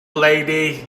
lady